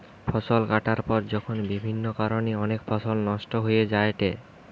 ফসল কাটার পর যখন বিভিন্ন কারণে অনেক ফসল নষ্ট হয়ে যায়েটে